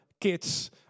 kids